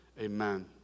Amen